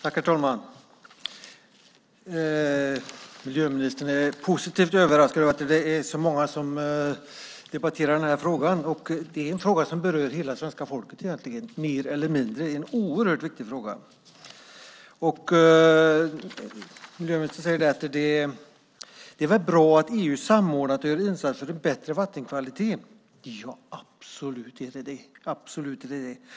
Herr talman! Miljöministern är positivt överraskad över att det är så många som debatterar den här frågan. Det är en oerhört viktig fråga som mer eller mindre berör hela svenska folket. Miljöministern säger att det är väl bra att EU samordnat gör insatser för bättre vattenkvalitet. Absolut är det det!